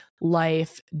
life